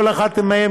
כל אחת ואחד מהם